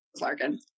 Larkin